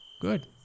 good